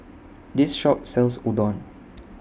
This Shop sells Udon